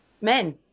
men